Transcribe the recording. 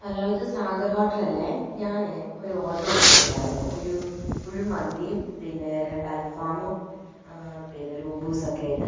hello ഇത് Sagar hotel അല്ലേ ഞാൻ ഒരു ഓർഡർ കൊടുത്തിട്ടുണ്ടായിരുന്നു ഒരു ഫുൾ മന്തിയും പിന്നെ രണ്ട് അൽഫാമും പിന്നെ ഒരു കുബ്ബൂസൊക്കെയായിട്ട്